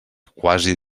quasi